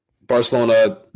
Barcelona